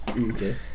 Okay